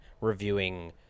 reviewing